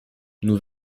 nous